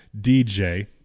DJ